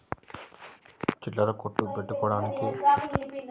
చిల్లర కొట్టు పెట్టుకోడానికి బ్యాంకు వాళ్ళు లోన్ ఏమైనా ఇస్తారా?